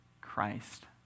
Christ